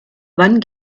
wann